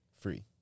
free